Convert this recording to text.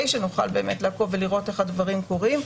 שנוכל באמת לעקוב ולראות איך הדברים קורים,